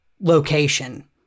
location